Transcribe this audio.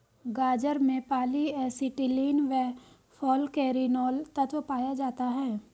गाजर में polyacetylene व फालकैरिनोल तत्व पाया जाता है